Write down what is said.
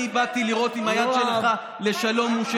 באתי לראות אם היד שלך לשלום מושטת.